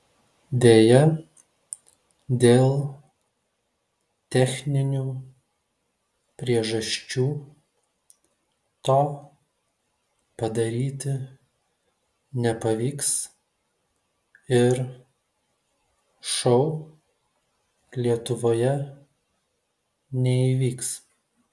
deja dėl techninių priežasčių to padaryti nepavyks ir šou lietuvoje neįvyks